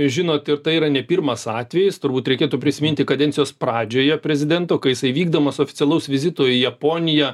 žinot ir tai yra ne pirmas atvejis turbūt reikėtų prisiminti kadencijos pradžioje prezidento kai vykdomas oficialaus vizito į japoniją